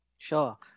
Sure